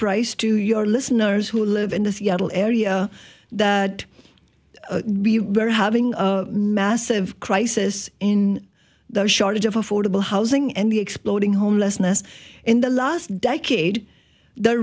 prise to your listeners who live in the seattle area that very having a massive crisis in the shortage of affordable housing and the exploding homelessness in the last decade the